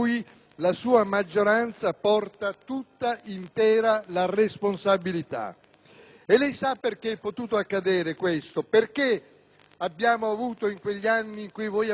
Lei sa perché è potuto accadere questo? Perché abbiamo avuto in quegli anni in cui voi avete governato un milione di procedimenti arretrati in più? Perché per cinque anni